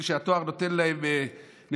כי התואר נותן להם נקודות,